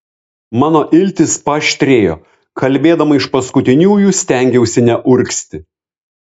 mano iltys paaštrėjo kalbėdama iš paskutiniųjų stengiausi neurgzti